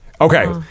Okay